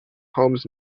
homes